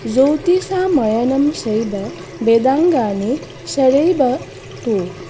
ज्योतिषामयनं चैव वेदाङ्गानि षडैव तु